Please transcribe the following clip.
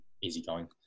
easygoing